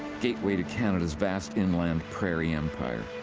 gateway to canada's vast inland prairie empire.